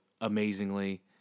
amazingly